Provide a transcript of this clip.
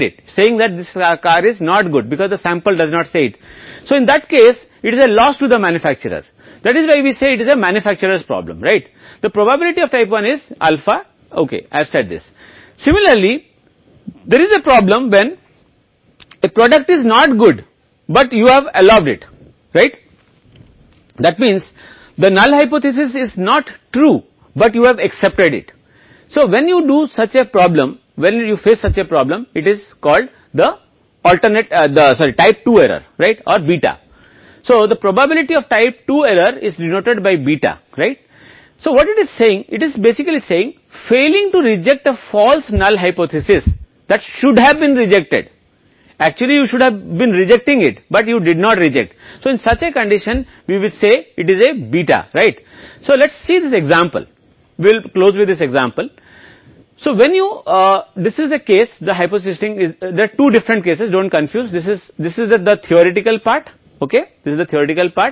तो आइए इस उदाहरण को देखते हैं परिकल्पना दो अलग अलग मामलों में यह भ्रमित नहीं करती है कि सैद्धांतिक हिस्सा है सैद्धांतिक भाग और यह एक उदाहरण है जिसे अब मान लें कि H0 सच है का अर्थ है कि शून्य परिकल्पना वास्तव में सच है और यह सही नहीं है आप एक अशक्त परिकल्पना को अस्वीकार कर रहे हैं आपके पास दो विकल्प हैं जो अशक्त परिकल्पना को अस्वीकार नहीं करते हैं या अशक्त परिकल्पना को अस्वीकार करते हैं वास्तव में आप कभी नहीं कहते हैं कि आपको अशक्त परिकल्पना को छोड़कर कभी नहीं कहना चाहिए क्योंकि परीक्षण करना अशक्त परिकल्पना की स्वीकृति बहुत संभव है यह बहुत मुश्किल है ठीक है इसलिए अशक्त परिकल्पना अस्वीकार नहीं करें और अशक्त परिकल्पना सत्य है जब अशक्त परिकल्पना सत्य है और आप इसे अस्वीकार नहीं करना चाहिए इसलिए यह एक सही मामला है लेकिन जब शून्य परिकल्पना झूठी है